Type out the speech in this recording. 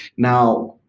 now,